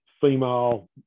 female